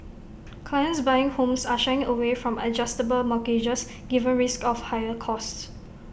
clients buying homes are shying away from adjustable mortgages given risks of higher costs